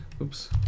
Oops